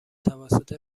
توسط